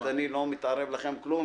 אני לא מתערב לכם בכלום,